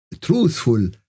truthful